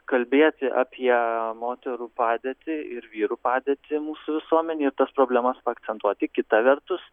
kalbėti apie moterų padėtį ir vyrų padėtį mūsų visuomenėj ir tas problemas paakcentuoti kita vertus